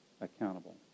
accountable